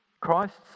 Christ's